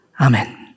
Amen